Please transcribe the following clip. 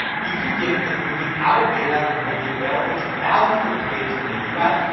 youtube giving is moving out of beta and will be available to thousands of creators in the u s.